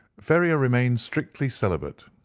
ferrier remained strictly celibate.